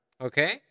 Okay